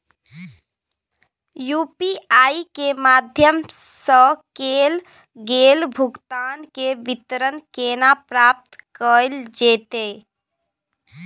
UPI के माध्यम सं कैल गेल भुगतान, के विवरण केना प्राप्त कैल जेतै?